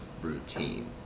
routine